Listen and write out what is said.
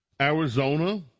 Arizona